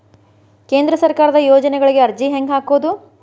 ಕೇಂದ್ರ ಸರ್ಕಾರದ ಯೋಜನೆಗಳಿಗೆ ಅರ್ಜಿ ಹೆಂಗೆ ಹಾಕೋದು?